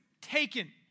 taken